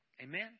Amen